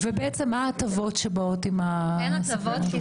מה ההטבות שבאות עם --- אין הטבות.